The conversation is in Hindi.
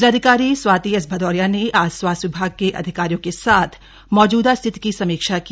जिलाधिकारी स्वाति एस भदौरिया ने आज स्वास्थ्य विभाग के अधिकारियों के साथ मौजूदा स्थिति की समीक्षा की